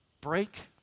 break